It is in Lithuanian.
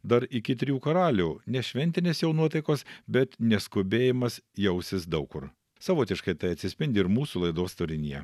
dar iki trijų karalių nešventinės jau nuotaikos bet neskubėjimas jausis daug kur savotiškai tai atsispindi ir mūsų laidos turinyje